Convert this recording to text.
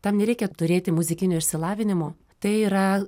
tam nereikia turėti muzikinio išsilavinimo tai yra